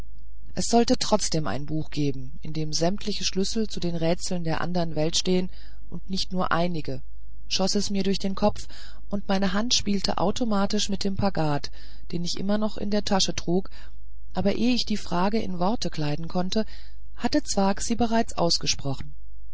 es sollte trotzdem ein buch geben in dem sämtliche schlüssel zu den rätseln der anderen welt stehen nicht nur einige schoß es mir durch den kopf und meine hand spielte automatisch mit dem pagad den ich immer noch in der tasche trug aber ehe ich die frage in worte kleiden konnte hatte zwakh sie bereits ausgesprochen